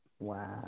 Wow